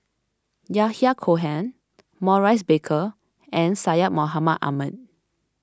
Yahya Cohen Maurice Baker and Syed Mohamed Ahmed